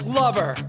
lover